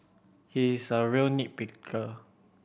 he is a real nit picker